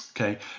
okay